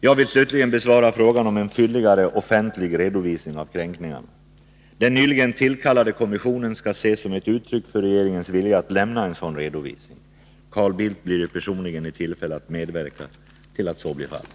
Jag vill slutligen besvara frågan om en fylligare offentlig redovisning av kränkningarna. Den nyligen tillkallade kommissionen skall ses som ett uttryck för regeringens vilja att lämna en sådan redovisning. Carl Bildt blir ju personligen i tillfälle att medverka till att så blir fallet.